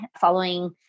following